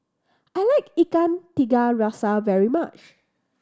I like Ikan Tiga Rasa very much